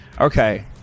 Okay